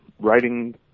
writing